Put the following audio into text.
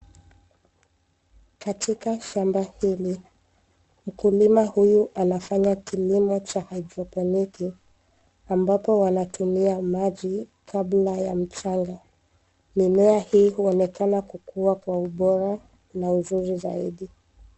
Katika shamba hili, mkulima huyu anafanya kilimo cha hydroponic ,ambapo wanatumia maji kabla ya mchanga. Mimea hii huonekana kukua kwa ubora na uzuri zaidi.